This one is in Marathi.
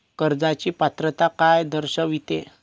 कर्जाची पात्रता काय दर्शविते?